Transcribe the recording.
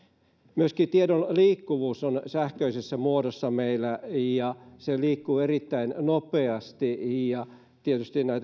myöskin tiedon liikkuvuus on meillä sähköisessä muodossa ja tieto liikkuu erittäin nopeasti tietysti